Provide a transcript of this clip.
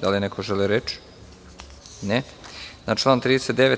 Da li neko želi reč? (Ne) Na član 39.